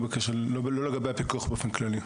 לא לגבי הפיקוח באופן כללי.